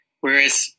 Whereas